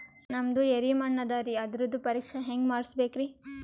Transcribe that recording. ನಮ್ದು ಎರಿ ಮಣ್ಣದರಿ, ಅದರದು ಪರೀಕ್ಷಾ ಹ್ಯಾಂಗ್ ಮಾಡಿಸ್ಬೇಕ್ರಿ?